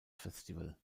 festival